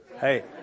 Hey